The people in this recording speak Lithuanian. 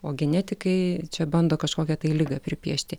o genetikai čia bando kažkokią tai ligą pripiešti